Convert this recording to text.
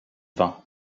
vent